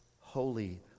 Holy